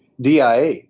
DIA